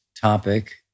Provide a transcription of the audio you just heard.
topic